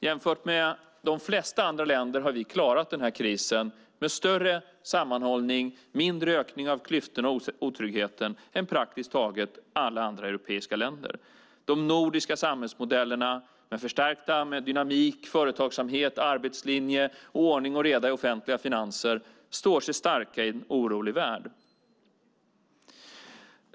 Jämfört med de flesta andra länder har vi klarat den här krisen med större sammanhållning och mindre ökning av klyftorna och otryggheten än praktiskt taget alla andra europeiska länder. De nordiska samhällsmodellerna med dynamik, företagsamhet, arbetslinje och ordning och reda i offentliga finanser står sig starka i en orolig värld.